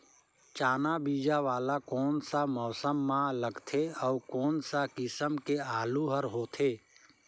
चाना बीजा वाला कोन सा मौसम म लगथे अउ कोन सा किसम के आलू हर होथे?